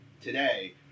today